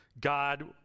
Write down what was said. God